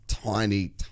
tiny